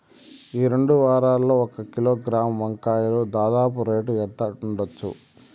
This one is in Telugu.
ఈ రెండు వారాల్లో ఒక కిలోగ్రాము వంకాయలు దాదాపు రేటు ఎంత ఉండచ్చు?